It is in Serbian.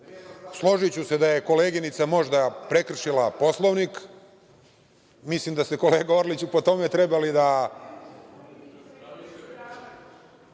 Složiću se da je koleginica možda prekršila Poslovnik. Mislim da ste, kolega Orliću, po tome trebali da…